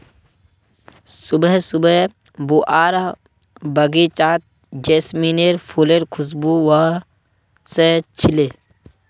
सुबह सुबह बुआर बगीचात जैस्मीनेर फुलेर खुशबू व स छिले